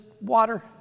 water